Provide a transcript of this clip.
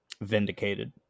vindicated